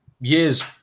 years